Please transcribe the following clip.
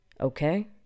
okay